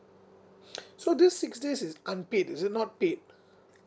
so this six days is unpaid is it not paid